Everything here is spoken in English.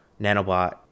nanobot